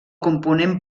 component